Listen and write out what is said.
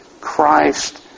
Christ